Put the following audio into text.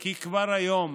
כי כבר כיום